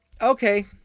okay